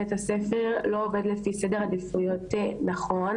בית הספר לא עובד לפי סדר עדיפויות נכון.